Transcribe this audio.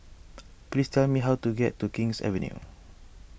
please tell me how to get to King's Avenue